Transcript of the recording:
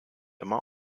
immer